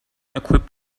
equipped